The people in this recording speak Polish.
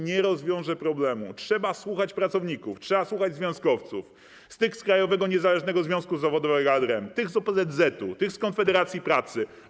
Nie rozwiąże to problemu, trzeba słuchać pracowników, trzeba słuchać związkowców, tych z Krajowego Niezależnego Związku Zawodowego AD REM, tych z OPZZ-u, tych z Konfederacji Pracy.